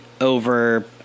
over